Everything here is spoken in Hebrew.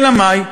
אלא מאי?